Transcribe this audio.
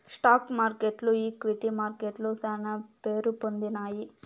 stock మార్కెట్లు equity మార్కెట్లు శానా పేరుపొందినాయి